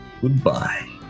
goodbye